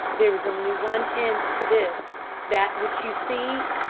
there is only one end to this that which you see